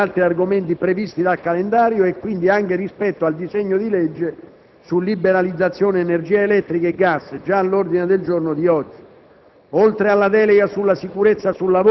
rispetto agli altri argomenti previsti dal calendario, e quindi anche rispetto al disegno di legge sulla liberalizzazione dei settori dell'energia elettrica e del gas, già all'ordine del giorno di oggi.